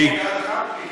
עם חוק ההדחה או בלי?